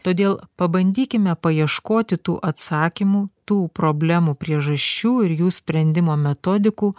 todėl pabandykime paieškoti tų atsakymų tų problemų priežasčių ir jų sprendimo metodikų